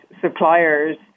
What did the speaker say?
suppliers